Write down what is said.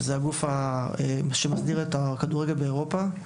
שזה הגוף שמסדיר את הכדורגל באירופה,